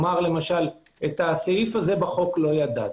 למשל יאמר: את הסעיף הזה בחוק לא ידעתי,